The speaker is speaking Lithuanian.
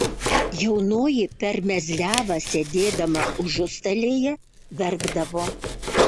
jaunoji per mezliavą sėdėdama užustalėje verkdavo